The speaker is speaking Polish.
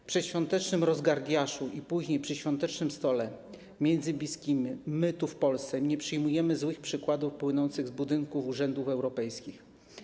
W przedświątecznym rozgardiaszu i później, przy świątecznym stole między bliskimi my, tu w Polsce nie przyjmujemy złych przykładów płynących z budynków urzędów europejskich.